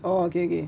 oh okay okay